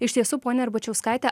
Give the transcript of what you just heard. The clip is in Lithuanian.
iš tiesų ponia arbačiauskaite